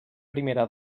primera